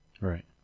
Right